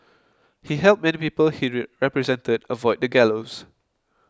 he helped many people he represented avoid the gallows